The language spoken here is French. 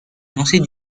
lancer